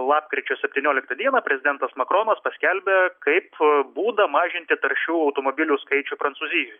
lapkričio septynioliktą dieną prezidentas makronas paskelbė kaip būdą mažinti taršių automobilių skaičių prancūzijoje